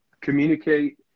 communicate